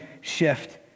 shift